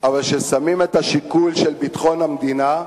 אבל כששמים את השיקול של ביטחון המדינה,